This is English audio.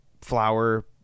flower